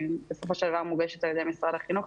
בסופו של דבר היא מוגשת על-ידי משרד החינוך,